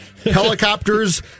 Helicopters